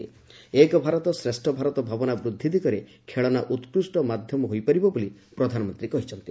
ଏକ ଭାରତ ଶ୍ରେଷ ଭାରତ ଭାବନା ବୃଦ୍ଧି ଦିଗରେ ଖେଳଣା ଉକ୍ରୁଷ୍ଟ ମାଧ୍ୟମ ହୋଇପାରିବ ବୋଲି ପ୍ରଧାନମନ୍ତ୍ରୀ କହିଛନ୍ତି